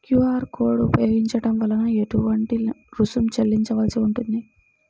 QR code ఉపయోగించటం వలన ఏటువంటి రుసుం చెల్లించవలసి ఉంటుంది?